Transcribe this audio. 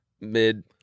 mid